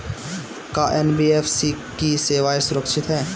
का एन.बी.एफ.सी की सेवायें सुरक्षित है?